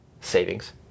savings